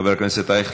חבר הכנסת אייכלר,